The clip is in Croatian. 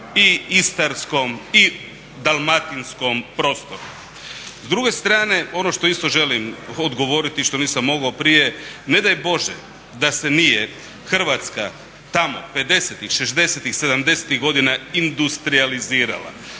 i istarskom i dalmatinskom prostoru. S druge strane ono što isto želim odgovoriti, što nisam mogao prije. Ne daj Bože da se nije Hrvatska tamo pedesetih, šezdesetih,